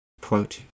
quote